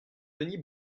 denis